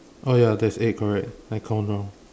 oh ya there's eight correct I count wrong